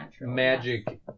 magic